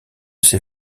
ses